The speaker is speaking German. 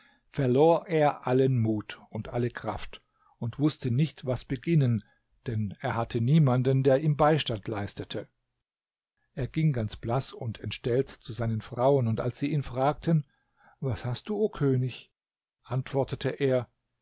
verlor er allen mut und alle kraft und wußte nicht was beginnen denn er hatte niemanden der ihm beistand leistete er ging ganz blaß und entstellt zu seinen frauen und als sie ihn fragten was hast du o könig antwortete er